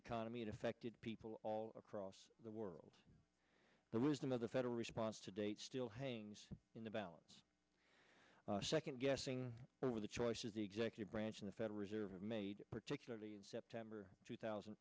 economy and affected people all across the world the resume of the federal response today still hangs in the balance second guessing over the choices the executive branch of the federal reserve made particularly in september two thousand